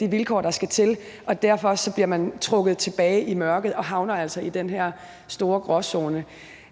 de vilkår, der skal til. Og derfor bliver man jo trukket tilbage i mørket og havner altså i den her store gråzone.